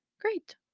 Great